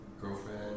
girlfriend